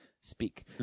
Speak